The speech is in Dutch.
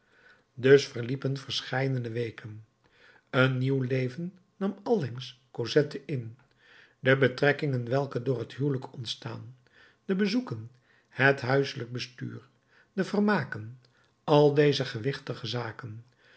dus verliepen verscheidene weken een nieuw leven nam allengs cosette in de betrekkingen welke door het huwelijk ontstaan de bezoeken het huiselijk bestuur de vermaken al deze gewichtige zaken